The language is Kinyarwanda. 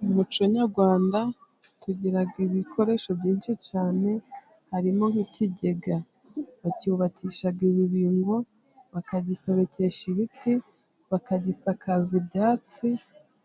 Mu muco nyarwanda tugira ibikoresho byinshi cyane harimo nk'ikigega, bacyubakisha ibibingo, bakagisobekesha ibiti, bakagisakaza ibyatsi,